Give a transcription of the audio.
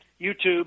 YouTube